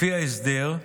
לפי ההסדר,